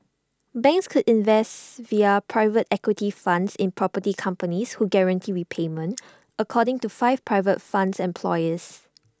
banks could invest via private equity funds in property companies who guaranteed repayment according to five private fund employees